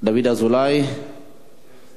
לסדר-היום